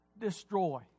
destroy